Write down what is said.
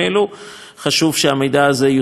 חשוב שהמידע הזה יוצג בפניהם.